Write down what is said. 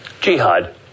Jihad